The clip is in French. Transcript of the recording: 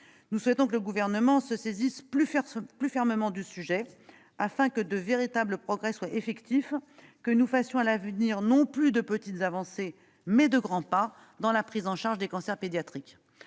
Nous souhaitons que le Gouvernement se saisisse plus fermement du sujet, afin que de véritables progrès soient effectifs, que nous fassions à l'avenir non plus de petites avancées, mais de grands pas dans la prise en charge des cancers pédiatriques.